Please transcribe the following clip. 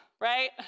right